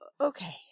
okay